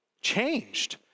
Changed